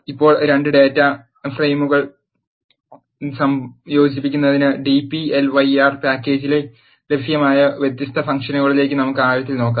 ഇപ്പോൾ രണ്ട് ഡാറ്റാ ഫ്രെയിമുകൾ സംയോജിപ്പിക്കുന്നതിന് dplyr പാക്കേജിൽ ലഭ്യമായ വ്യത്യസ്ത ഫംഗ്ഷനുകളിലേക്ക് നമുക്ക് ആഴത്തിൽ നോക്കാം